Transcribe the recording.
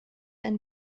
ein